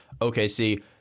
OKC